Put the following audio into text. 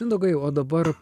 mindaugai o dabar